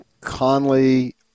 Conley